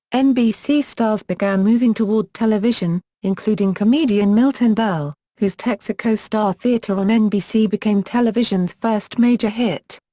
nbc stars began moving toward television, including comedian milton berle, whose texaco star theater on nbc became television's first major hit.